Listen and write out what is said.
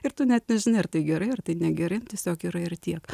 ir tu net nežinai ar tai gerai ar tai negerai tiesiog yra ir tiek